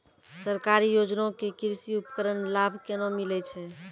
सरकारी योजना के कृषि उपकरण लाभ केना मिलै छै?